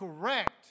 correct